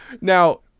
Now